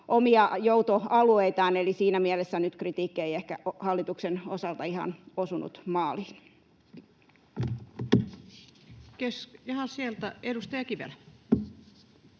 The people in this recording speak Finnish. omia joutoalueitaan, eli siinä mielessä kritiikki ei nyt ehkä hallituksen osalta ihan osunut maaliin. Edustaja Kivelä.